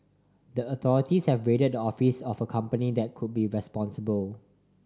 the authorities have raided the offices of a company that could be responsible